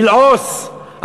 ללעוס,